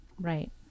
Right